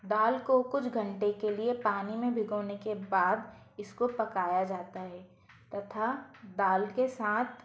दाल को कुछ घंटे के लिए पानी में भिगोने के बाद इस को पकाया जाता है तथा दाल के साथ